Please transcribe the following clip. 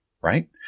right